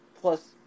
plus